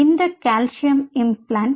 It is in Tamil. இந்த கால்சியம் இம்பிளான்ட்ஸ்